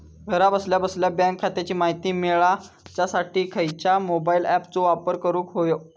घरा बसल्या बसल्या बँक खात्याची माहिती मिळाच्यासाठी खायच्या मोबाईल ॲपाचो वापर करूक होयो?